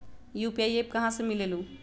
UPI app कहा से मिलेलु?